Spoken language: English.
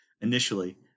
initially